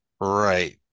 right